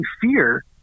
fear